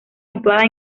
situada